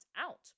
out